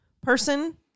person